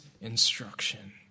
instruction